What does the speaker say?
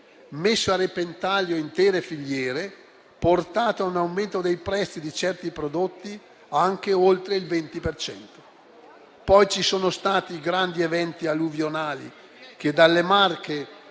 messo a repentaglio intere filiere e portato a un aumento dei prezzi di certi prodotti anche oltre il 20 per cento. Poi ci sono stati i grandi eventi alluvionali, che dalle Marche